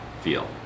feel